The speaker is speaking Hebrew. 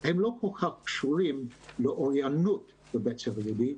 לא כל כך קשורות לאוריינות בבית ספר יהודי,